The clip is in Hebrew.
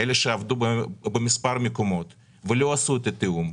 אלה שעבדו במספר מקומות ולא עשו את התיאום,